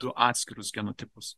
du atskirus genotipus